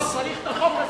לא צריך את החוק הזה.